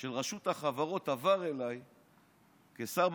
של רשות החברות עבר אליי כשר בממשלה,